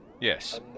Yes